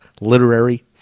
literary